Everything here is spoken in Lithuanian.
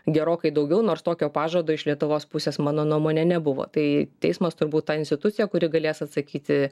gerokai daugiau nors tokio pažado iš lietuvos pusės mano nuomone nebuvo tai teismas turbūt ta institucija kuri galės atsakyti